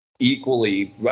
equally